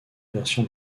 versions